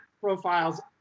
profiles